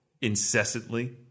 incessantly